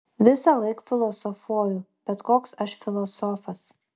visąlaik filosofuoju bet koks aš filosofas